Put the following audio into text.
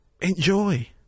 enjoy